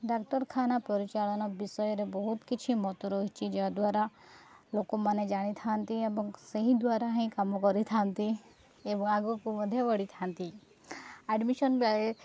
ଡାକ୍ତରଖାନା ପରିଚାଳନା ବିଷୟରେ ବହୁତ କିଛି ମତ ରହିଛି ଯାହାଦ୍ୱାରା ଲୋକମାନେ ଜାଣିଥାନ୍ତି ଏବଂ ସେହି ଦ୍ୱାରା ହିଁ କାମ କରିଥାନ୍ତି ଏବଂ ଆଗକୁ ମଧ୍ୟ ବଢ଼ିଥାନ୍ତି ଆଡ଼ମିସନ